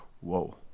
whoa